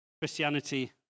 Christianity